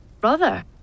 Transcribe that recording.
Brother